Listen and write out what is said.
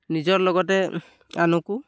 নিজৰ লগতে আনকো